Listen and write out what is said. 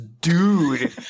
dude